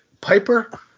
Piper